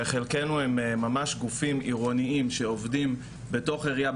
חלקם ממש גופים עירוניים שעובדים בתוך העירייה,